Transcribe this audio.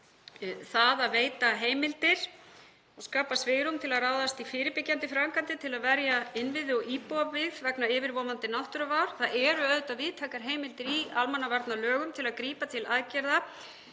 um að veita heimildir og skapa svigrúm til að ráðast í fyrirbyggjandi framkvæmdir til að verja innviði og íbúabyggð vegna yfirvofandi náttúruvár. Það eru víðtækar heimildir í almannavarnalögum til að grípa til aðgerða